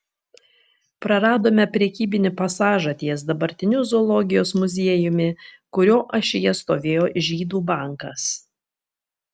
praradome prekybinį pasažą ties dabartiniu zoologijos muziejumi kurio ašyje stovėjo žydų bankas